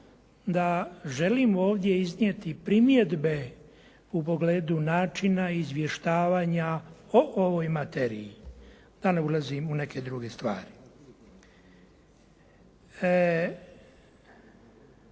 da želim ovdje iznijeti primjedbe u pogledu načina izvještavanja o ovoj materiji, da ne ulazim u neke druge stvari.